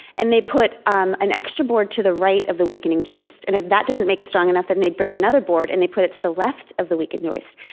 and they put um an extra board to the right of the weakening joist, and if that doesn't make it strong enough, then they bring another board, and they put it to the left of the weakened joist.